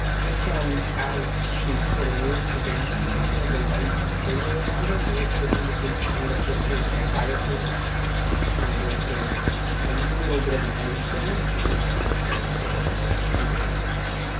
this one as she sort of moves there's a little bit of a white halo around her face that indicates to me that this was a sky replacement and that there's a little bit of an edge there. if you know what to look for is and sort of a indicator of that